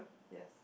yes